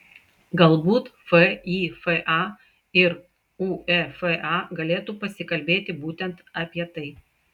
galbūt fifa ir uefa galėtų pasikalbėti būtent apie tai